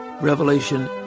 revelation